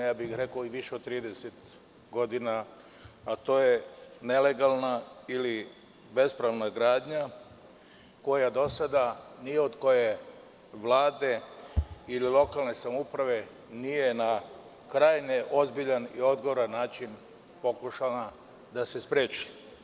Lično bih rekao, više od 30 godina, a to je nelegalna ili bespravna gradnja koja do sada nije, ni od koje vlade ili lokalne samouprave, na krajnje ozbiljan i odgovoran način pokušana da se spreči.